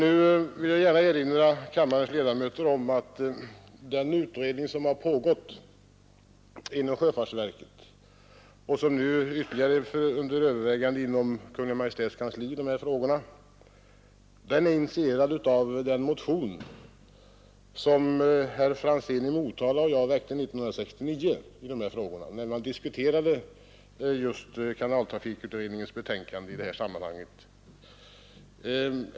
Jag vill gärna erinra kammarens ledamöter om att den utredning som har pågått inom sjöfartsverket och det ytterligare övervägande som nu sker inom Kungl. Maj:ts kansli har initierats av den motion som herr Franzén och jag väckte 1969 i samband med att kanaltrafikutredningens betänkande diskuterades.